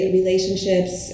relationships